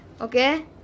Okay